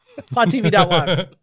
PodTV.live